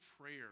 prayer